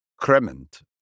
Cremant